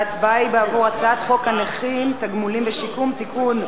ההצבעה היא על הצעת חוק הנכים (תגמולים ושיקום) (תיקון,